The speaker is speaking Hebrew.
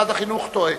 משרד החינוך טועה.